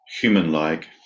human-like